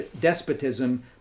despotism